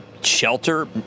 Shelter